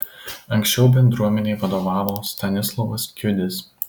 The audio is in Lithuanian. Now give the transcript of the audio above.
anksčiau bendruomenei vadovavo stanislovas kiudis